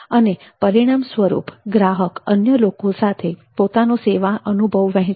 અને પરિણામ સ્વરૂપ ગ્રાહક અન્ય લોકો સાથે પોતાનો સેવા અનુભવ વહેંચશે